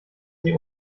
sie